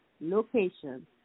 location